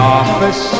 office